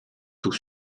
tout